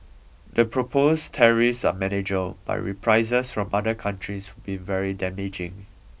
the proposed tariffs are manageable but reprisals from other countries would be very damaging